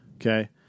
Okay